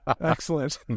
Excellent